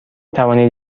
توانید